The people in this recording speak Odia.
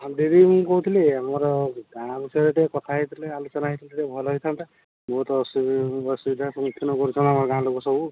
ହଁ ଦିଦି ମୁଁ କହୁଥିଲି ଆମର ଗାଁ ବିଷୟରେ ଟିକିଏ କଥା ହୋଇଥିଲେ ଆଲୋଚନା ହୋଇଥିଲେ ଟିକିଏ ଭଲ ହୋଇଥାନ୍ତା ବହୁତ ଅସୁବିଧା ସମ୍ମୁଖୀନ କରୁଛନ୍ତି ଆମ ଗାଁ ଲୋକ ସବୁ